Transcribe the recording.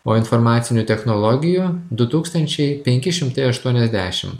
o informacinių technologijų du tūkstnčiai penki šimtai aštuoniasdešim